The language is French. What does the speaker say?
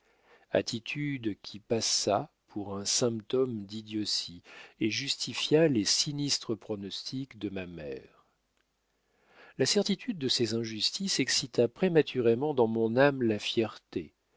attitude qui passa pour un symptôme d'idiotie et justifia les sinistres pronostics de ma mère la certitude de ces injustices excita prématurément dans mon âme la fierté